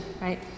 right